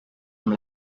amb